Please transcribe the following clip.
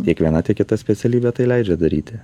tiek viena tiek kita specialybė tai leidžia daryti